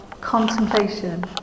contemplation